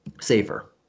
Safer